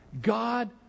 God